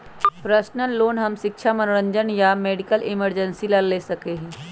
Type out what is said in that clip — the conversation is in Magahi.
पर्सनल लोन हम शिक्षा मनोरंजन या मेडिकल इमरजेंसी ला ले सका ही